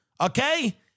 Okay